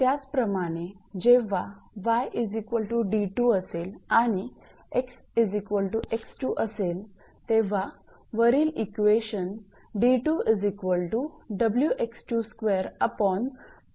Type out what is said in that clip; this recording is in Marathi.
त्याचप्रमाणे जेव्हा 𝑦𝑑2 असेल आणि 𝑥𝑥2 असेल तेव्हा वरील इक्वेशन असे लिहू शकतो